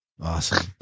Awesome